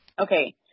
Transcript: Okay